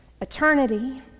eternity